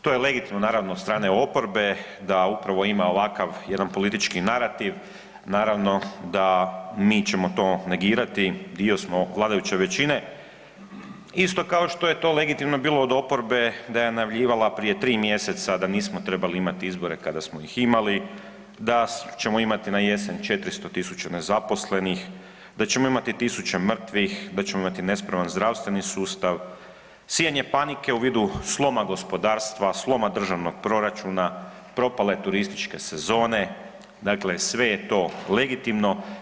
To je legitimno naravno od strane oporbe da upravo ima ovakav jedan politički narativ, naravno da ćemo mi to negirati, dio smo vladajuće većine, isto kao što je to legitimno bilo od oporbe da je najavljivala prije tri mjeseca da nismo trebali imati izbore kada smo ih imali, da ćemo imati na jesen 400.000 nezaposlenih, da ćemo imati tisuće mrtvih, da ćemo imati nespreman zdravstveni sustav, sijanje panike u vidu sloma gospodarstva, sloma državnog proračuna, propale turističke sezone, dakle sve je to legitimno.